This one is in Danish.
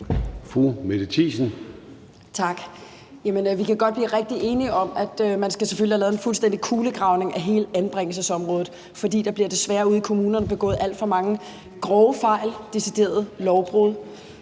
Mette Thiesen (UFG): Tak. Vi kan godt blive rigtig enige om, at man selvfølgelig skal have lavet en fuldstændig kulegravning af hele anbringelsesområdet, fordi der ude i kommunerne desværre bliver begået alt for mange grove fejl og deciderede lovbrud.